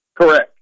Correct